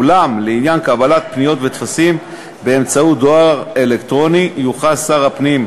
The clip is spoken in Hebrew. אולם לעניין קבלת פניות וטפסים באמצעות דואר אלקטרוני יוכל שר הפנים,